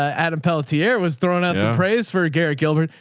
adam pelletier was thrown out to praise for garrett gilbert.